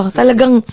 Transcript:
talagang